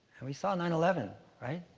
and we saw nine eleven, right?